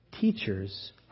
teachers